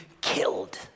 killed